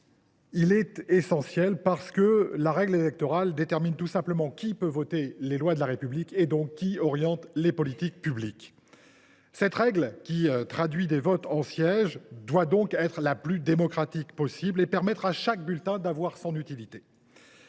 essentiel, car la règle électorale détermine qui peut voter les lois de la République et, partant, qui oriente les politiques publiques. Cette règle, qui traduit des votes en sièges, doit donc être la plus démocratique possible et permettre à chaque bulletin d’avoir son utilité.